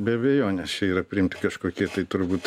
be abejonės čia yra priimti kažkokie tai turbūt